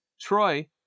Troy